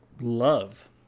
love